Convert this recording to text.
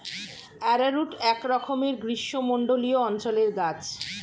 arrowroot একরকমের গ্রীষ্মমণ্ডলীয় অঞ্চলের গাছ